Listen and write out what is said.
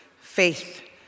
faith